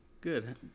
good